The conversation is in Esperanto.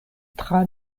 tra